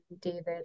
David